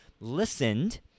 listened